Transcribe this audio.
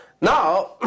Now